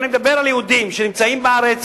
אני מדבר על יהודים שנמצאים בארץ,